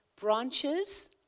branches